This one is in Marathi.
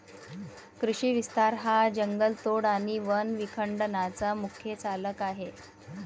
कृषी विस्तार हा जंगलतोड आणि वन विखंडनाचा मुख्य चालक आहे